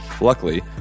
Luckily